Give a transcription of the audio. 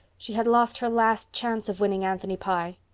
she had lost her last chance of winning anthony pye.